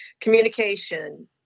communication